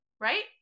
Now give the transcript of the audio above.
right